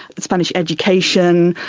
spanish education,